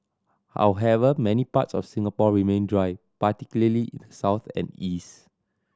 however many parts of Singapore remain dry particularly in the south and east